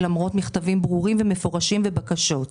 למרות מכתבים ברורים ומפורשים ובקשות.